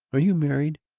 are you married?